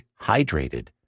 hydrated